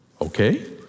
Okay